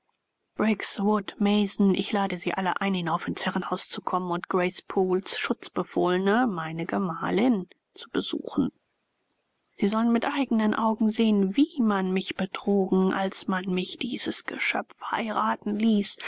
mason ich lade sie alle ein hinauf ins herrenhaus zu kommen und grace pooles schutzbefohlene meine gemahlin zu besuchen sie sollen mit eigenen augen sehen wie man mich betrogen als man mich dieses geschöpf heiraten ließ